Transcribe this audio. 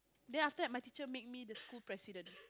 then after that my teacher make me the school president